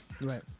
right